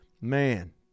Man